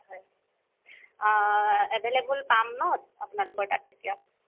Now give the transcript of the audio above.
হয় হয় এভেইলেবল পাম ন আপোনালোকৰ তাত এতিয়া